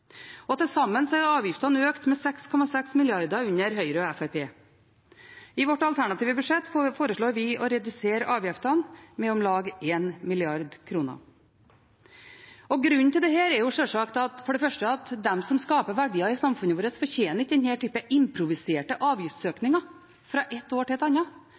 sine. Til sammen er avgiftene økt med 6,6 mrd. kr under Høyre og Fremskrittspartiet. I vårt alternative budsjett foreslår vi å redusere avgiftene med om lag 1 mrd. kr. Grunnen til det er for det første at de som skaper verdier i samfunnet vårt, ikke fortjener denne typen improviserte avgiftsøkninger fra ett år til et annet,